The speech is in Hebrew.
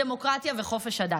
הדמוקרטיה וחופש הדת.